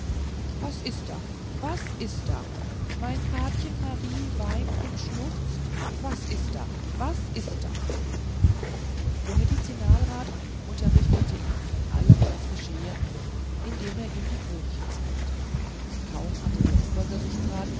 was ist da was ist da mein patchen marie weint und schluchzt was ist da was ist da der medizinalrat unterrichtete ihn von allem was geschehen indem er ihm die krönchen zeigte kaum hatte der